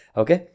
okay